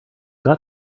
got